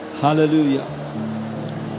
Hallelujah